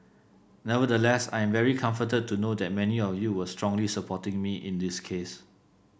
nevertheless I am very comforted to know that many of you were strongly supporting me in this case